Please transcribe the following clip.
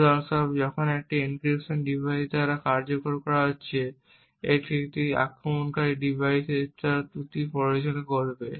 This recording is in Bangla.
উদাহরণস্বরূপ যখন একটি এনক্রিপশন ডিভাইস দ্বারা কার্যকর করা হচ্ছে একটি আক্রমণকারী ডিভাইসে একটি ত্রুটি প্ররোচিত করবে